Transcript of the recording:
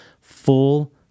Full